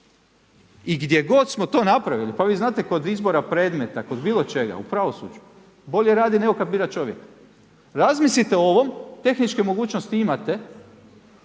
I gdje god smo to napravili, pa vi znate kod izbora predmeta, kod bilo čega u pravosuđu, bolje radi nego kad bira čovjek. Razmislite o ovom, tehničke mogućnosti imate,